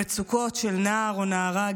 המצוקות של נער או נערה,